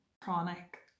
chronic